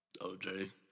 OJ